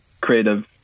creative